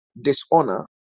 dishonor